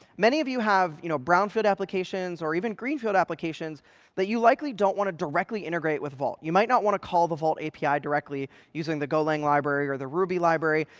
many of you have you know brownfield applications or, even, greenfield applications that you likely don't want to directly integrate with vault. you might not want to call the vault api directly using the golang library or the ruby library.